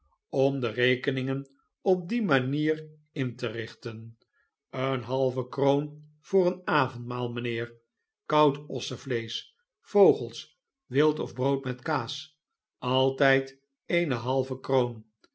om de rekeningen op die manier in te richten eene halve kroon voor een avondmaal mijnheer koud ossevleesch vogels wild of brood met kaas altijd eene halve kroon